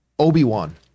Obi-Wan